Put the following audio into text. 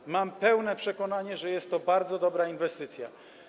I mam pełne przekonanie, że jest to bardzo dobra inwestycja.